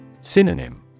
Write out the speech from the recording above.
Synonym